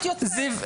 זיו,